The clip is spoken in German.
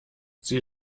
sie